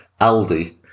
Aldi